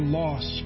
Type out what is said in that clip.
loss